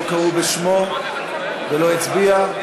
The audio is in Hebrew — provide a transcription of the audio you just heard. לא קראו בשמו ולא הצביע?